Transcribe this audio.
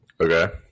Okay